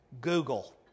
Google